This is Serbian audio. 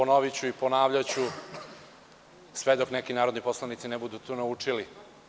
Ponoviću i ponavljaću sve dok neki narodni poslanici ne budu to naučili.